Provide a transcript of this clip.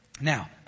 Now